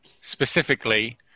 specifically